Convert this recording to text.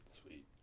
Sweet